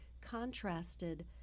contrasted